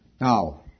Now